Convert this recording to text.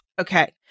Okay